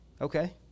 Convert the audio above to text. okay